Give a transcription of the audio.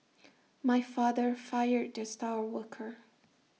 my father fired the star worker